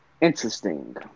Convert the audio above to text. Interesting